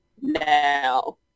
Now